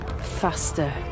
faster